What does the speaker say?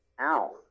Ow